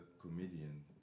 comedian